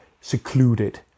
secluded